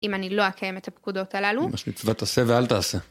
אם אני לא אקיים את הפקודות הללו? ממש מצוות תעשה ואל תעשה.